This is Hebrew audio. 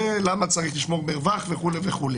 בגלל זה צריך לשמור מרווח וכולי.